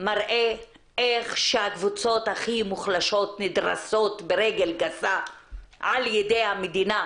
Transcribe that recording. מראה איך שהקבוצות הכי מוחלשות נדרסות ברגל גסה על ידי המדינה,